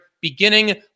beginning